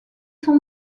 sont